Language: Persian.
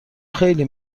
خیلی